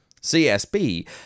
CSB